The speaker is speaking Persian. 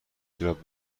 جوراب